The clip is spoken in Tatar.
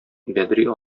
бәдри